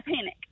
panic